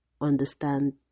understand